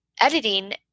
editing